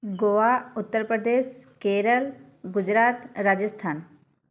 Goa Uttar Pradesh Kerala Gujarat Rajasthan